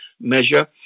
measure